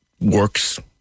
works